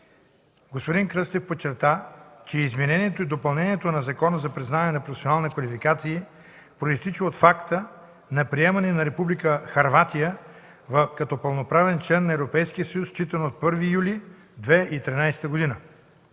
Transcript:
Господин Кръстев подчерта, че изменението и допълнението на Закона за признаване на професионални квалификации произтича от факта на приемане на Република Хърватия за пълноправен член на Европейския съюз, считано от 1 юли 2013 г.